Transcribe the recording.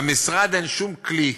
למשרד אין שום כלי,